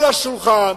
על השולחן,